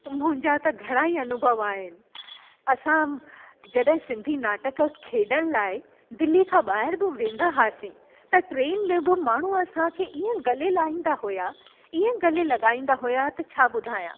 मुंहिंजा त घणेई अनुभव आहिनि असां जॾहिं सिंधी नाटक खेॾण लाइ दिल्ली खां ॿाहिरि बि वेंदा हुआसीं त ट्रेन में बि माण्हू असांखे ईअं गले लाहींदा हुया ईअं गले लॻाईंदा हुया त छा ॿुधायां